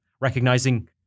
recognizing